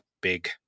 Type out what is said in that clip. big